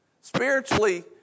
Spiritually